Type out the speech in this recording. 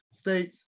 states